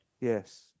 Yes